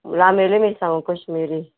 लांबेल्यो मिसांगो कश्मीरी